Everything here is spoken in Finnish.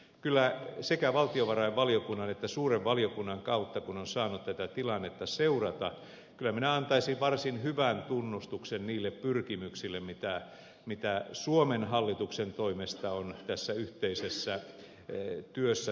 kun sekä valtiovarainvaliokunnan että suuren valiokunnan kautta on saanut tätä tilannetta seurata kyllä minä antaisin varsin hyvän tunnustuksen niille pyrkimyksille mitä suomen hallituksen toimesta on tässä yhteisessä työssä tehty